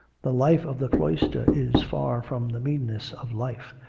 the life of the cloister is far from the meanness of life.